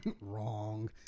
Wrong